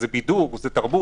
זה בידור, זה תרבות.